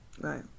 Right